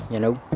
you know,